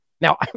Now